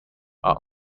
are